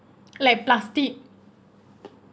like plastic